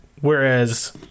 Whereas